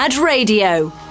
Radio